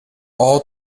all